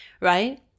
right